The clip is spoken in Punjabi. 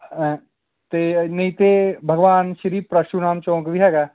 ਅਤੇ ਨਹੀਂ ਤਾਂ ਬਗਵਾਨ ਸ਼੍ਰੀ ਪਰਸ਼ੂਰਾਮ ਚੌਂਕ ਵੀ ਹੈਗਾ